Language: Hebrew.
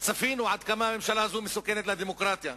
עד כמה הממשלה הזאת מסוכנת לדמוקרטיה,